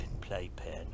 playpen